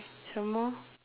some more